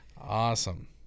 Awesome